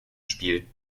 spiel